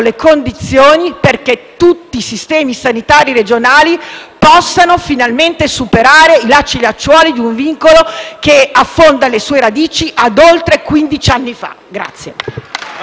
le condizioni perché tutti i sistemi sanitari regionali possano finalmente superare i lacci e i lacciuoli di un vincolo che affonda le proprie radici ad oltre quindici anni